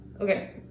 Okay